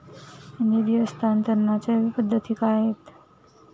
निधी हस्तांतरणाच्या पद्धती काय आहेत?